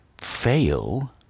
fail